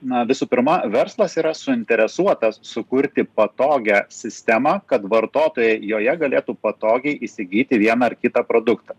na visų pirma verslas yra suinteresuotas sukurti patogią sistemą kad vartotojai joje galėtų patogiai įsigyti vieną ar kitą produktą